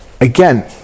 again